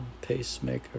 pacemaker